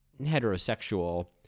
heterosexual